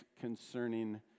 concerning